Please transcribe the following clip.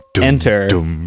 enter